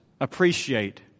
appreciate